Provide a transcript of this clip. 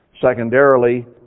secondarily